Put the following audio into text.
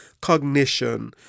cognition